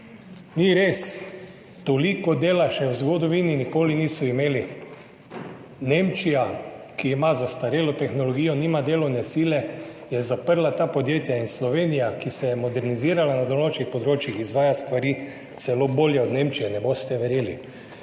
ni res. Toliko dela še v zgodovini nikoli niso imeli. Nemčija, ki ima zastarelo tehnologijo, nima delovne sile, je zaprla ta podjetja in Slovenija, ki se je modernizirala na določenih področjih, izvaja stvari celo bolje od Nemčije, ne boste verjeli.